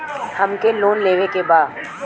हमके लोन लेवे के बा?